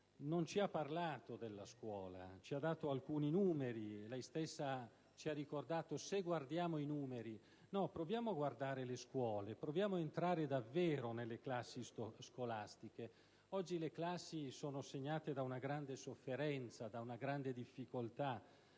non ci ha parlato della scuola, ci ha dato alcuni numeri. Lei stessa ci ha ricordato: "se guardiamo i numeri". No, proviamo a guardare le scuole, proviamo ad entrare davvero nelle classi scolastiche. Oggi le classi sono segnate da una grande sofferenza, da una grande difficoltà,